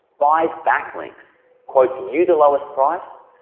buys backlinks. quotes you the lowest price.